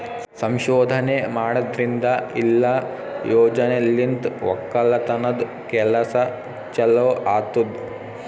ಸಂಶೋಧನೆ ಮಾಡದ್ರಿಂದ ಇಲ್ಲಾ ಯೋಜನೆಲಿಂತ್ ಒಕ್ಕಲತನದ್ ಕೆಲಸ ಚಲೋ ಆತ್ತುದ್